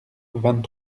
vingt